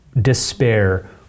despair